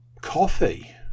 coffee